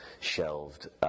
shelved